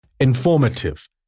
Informative